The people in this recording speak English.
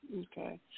okay